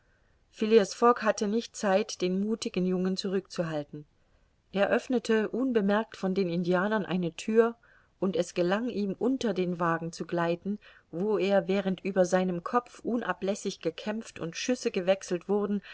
fogg hatte nicht zeit den muthigen jungen zurückzuhalten er öffnete unbemerkt von den indianern eine thür und es gelang ihm unter den wagen zu gleiten wo er während über seinem kopf unablässig gekämpft und schüsse gewechselt wurden